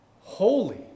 Holy